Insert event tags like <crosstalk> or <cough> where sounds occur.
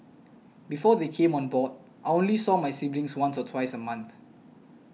before they came on board I only saw my siblings once or twice a month <noise>